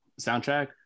soundtrack